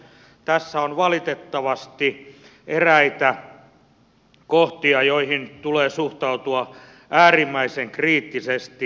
tässä on valitettavasti eräitä kohtia joihin tulee suhtautua äärimmäisen kriittisesti